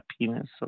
penis